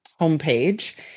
homepage